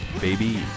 baby